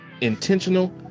intentional